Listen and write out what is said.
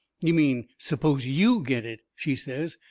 you mean suppose you get it, she says.